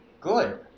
Good